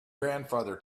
grandfather